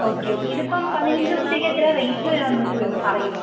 okay okay ഇതിപ്പം പതിനഞ്ച് ദിവസത്തേക്ക് എത്രയാണ് റേറ്റ് വരുവാന്നും കൂടെ പറയാമോ